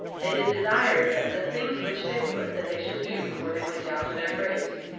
they did desire of them the things which they would that they should do before they went down to their graves.